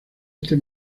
este